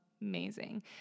amazing